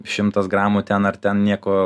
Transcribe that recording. šimtas gramų ten ar ten nieko